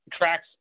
tracks